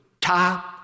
top